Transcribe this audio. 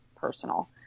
personal